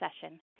session